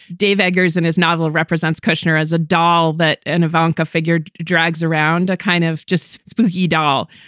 dave eggers and his novel represents kushner as a doll. that and a vanka figured drags around a kind of just spooky doll.